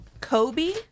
kobe